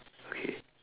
okay